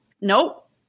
Nope